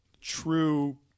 true